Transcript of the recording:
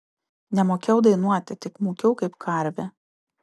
nemokėjau dainuoti tik mūkiau kaip karvė